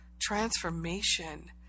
transformation